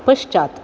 पश्चात्